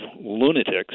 lunatics